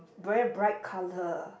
very bright colour